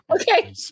Okay